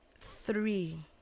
Three